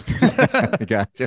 gotcha